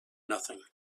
nothing